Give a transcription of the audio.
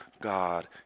God